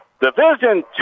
Division